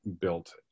built